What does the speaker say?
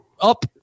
up